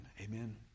Amen